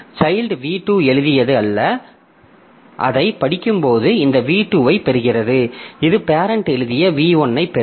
child v 2 எழுதியது அல்ல அதைப் படிக்கும்போது இந்த v 2 ஐப் பெறுகிறது இது பேரெண்ட் எழுதிய v 1 ஐப் பெறும்